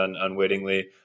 unwittingly